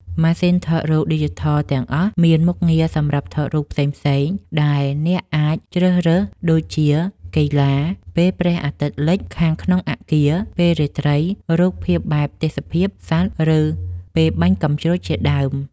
ម៉ាស៊ីនថតរូបឌីជីថលទាំងអស់មានមុខងារសម្រាប់ថតរូបផ្សេងៗ ដែលអ្នកអាចជ្រើស រើសដូចជា កីឡា ពេលព្រះអាទិត្យលិច ខាងក្នុងអគារ ពេលរាត្រី រូបភាពបែបទេសភាព សត្វ ឬពេលបាញ់កាំជ្រួចជាដើម។